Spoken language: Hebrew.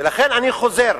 ולכן, אני חוזר: